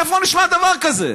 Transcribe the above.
איפה נשמע דבר כזה?